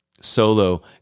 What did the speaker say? solo